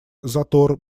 затор